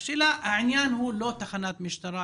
העניין הוא לא תחנת המשטרה,